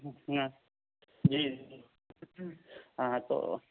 ہاں جی ہاں تو